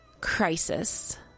crisis